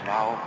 Now